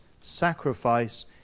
sacrifice